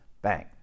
bang